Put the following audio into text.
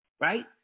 right